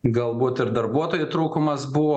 galbūt ir darbuotojų trūkumas buvo